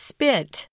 Spit